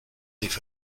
leave